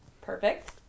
Perfect